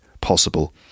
possible